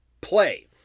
play